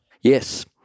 Yes